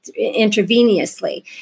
intravenously